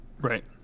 Right